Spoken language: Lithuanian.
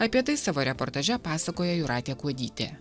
apie tai savo reportaže pasakoja jūratė kuodytė